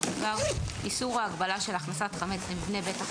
בדבר איסור או הגבלה של הכנסת חמץ למבנה בית החולים.